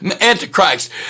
Antichrist